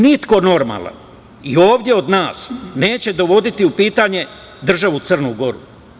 Niko normalan i ovde od nas neće dovoditi u pitanje državu Crnu Goru.